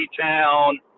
town